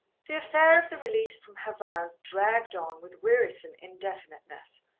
the affair of the release from her vows dragged on with wearisome indefiniteness.